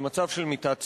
במצב של מיטת סדום.